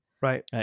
Right